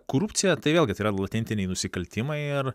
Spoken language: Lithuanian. korupcija tai vėlgi tai yra latentiniai nusikaltimai ir